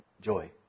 Joy